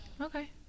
Okay